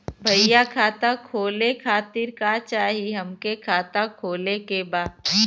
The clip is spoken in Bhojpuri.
भईया खाता खोले खातिर का चाही हमके खाता खोले के बा?